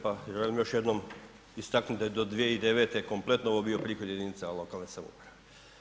Pa želim još jednom istaknuti da je do 2009. kompletno ovo bio prihod jedinicama lokalne samouprave.